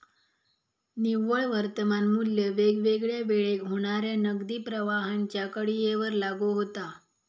निव्वळ वर्तमान मू्ल्य वेगवेगळ्या वेळेक होणाऱ्या नगदी प्रवाहांच्या कडीयेवर लागू होता